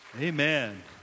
Amen